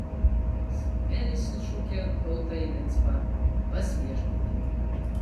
samuelis sušaukė tautą į micpą pas viešpatį